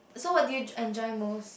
so what did you j~ enjoy most